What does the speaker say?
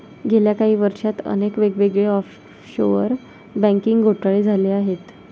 गेल्या काही वर्षांत अनेक वेगवेगळे ऑफशोअर बँकिंग घोटाळे झाले आहेत